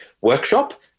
workshop